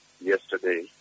yesterday